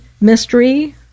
mystery